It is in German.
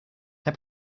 herr